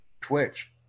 Twitch